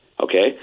Okay